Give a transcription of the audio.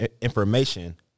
information